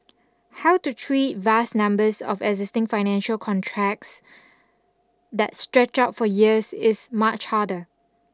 how to treat vast numbers of existing financial contracts that stretch out for years is much harder